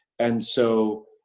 and so,